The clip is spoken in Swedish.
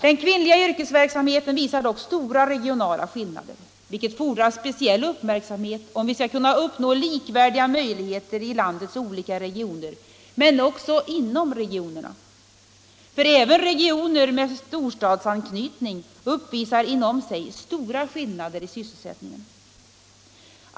Den kvinnliga yrkesverksamheten visar dock stora regionala skillnader, vilket fordrar speciell uppmärksamhet om vi skall kunna uppnå likvärdiga möjligheter i landets olika regioner — men också inom regionerna, ty öven regioner med storstadsanknytning uppvisar inom sig stora skillnader i sysselsättningen.